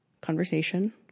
conversation